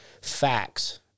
facts